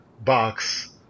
box